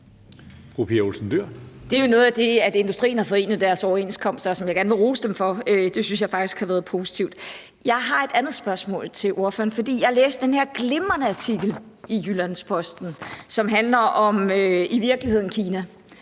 Olsen Dyhr (SF): At industrien har forenet deres overenskomster, er jo noget af det, som jeg gerne vil rose dem for. Det synes jeg faktisk har været positivt. Jeg har et andet spørgsmål til partilederen, for jeg læste den her glimrende artikel i Jyllands-Posten, som i virkeligheden